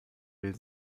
will